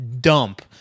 dump